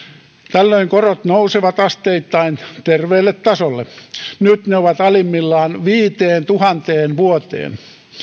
tällöin korot nousevat asteittain terveelle tasolle nyt ne ovat alimmillaan viiteentuhanteen vuoteen